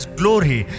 glory